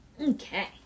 Okay